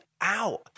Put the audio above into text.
out